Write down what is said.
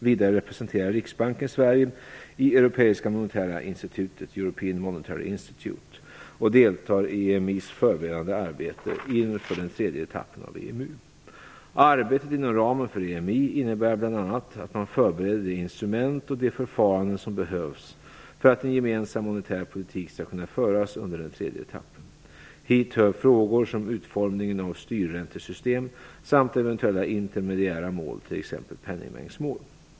Vidare representerar Riksbanken Sverige i europeiska monetära institutet, European Monetary Institute och deltar i EMI:s förberedande arbete inför den tredje etappen av EMU. Arbetet inom ramen för EMI innebär bl.a. att man förbereder de instrument och de förfaranden som behövs för att en gemensam monetär politik skall kunna föras under den tredje etappen. Hit hör frågor som utformningen av styrräntesystem samt eventuella intermediära mål, t.ex. penningmängdsmål.